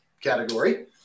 category